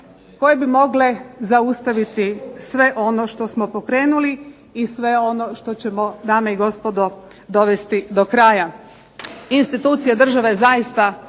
koje bi mogle zaustaviti sve ono što smo pokrenuli i sve ono što ćemo dame i gospodo dovesti do kraja. Institucije države zaista